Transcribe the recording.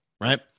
right